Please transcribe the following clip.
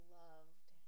loved